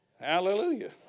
Hallelujah